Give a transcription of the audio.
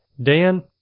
Dan